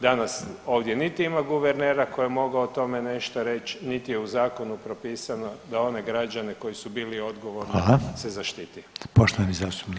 Danas ovdje niti ima guvernera koji je mogao o tome nešto reć, niti je u zakonu propisano da one građane koji su bili odgovorni se zaštiti.